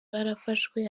barafashwe